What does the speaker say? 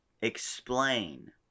explain